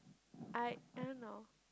I I don't know